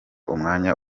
umwanya